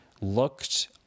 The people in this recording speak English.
looked